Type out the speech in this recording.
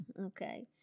Okay